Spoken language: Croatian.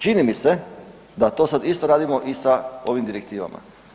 Čini mi se da to sad isto radimo i sa ovim direktivama.